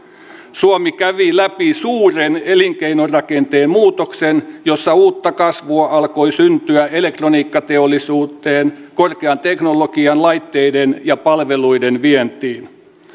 suomi kävi läpi suuren elinkeinorakenteen muutoksen jossa uutta kasvua alkoi syntyä elektroniikkateollisuuteen korkean teknologian laitteiden ja palveluiden vientiin